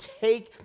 take